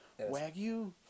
Wagyu